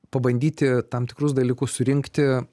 pabandyti tam tikrus dalykus surinkti